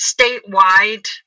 statewide